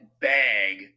bag